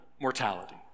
mortality